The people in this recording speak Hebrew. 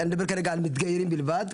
אני מדבר כרגע על מתגיירים בלבד,